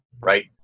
right